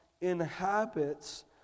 inhabits